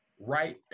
right